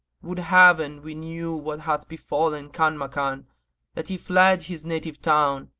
would heaven we knew what hath befallen kanmakan that he fled his native town,